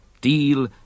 Deal